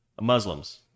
Muslims